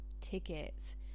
tickets